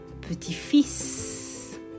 petit-fils